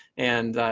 and.